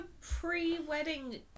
pre-wedding